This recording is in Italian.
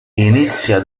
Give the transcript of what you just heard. inizia